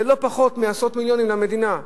זה לא פחות מעשרות מיליונים למדינה,